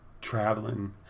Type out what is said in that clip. traveling